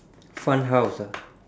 fun house ah